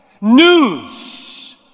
News